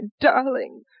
darling